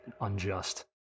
unjust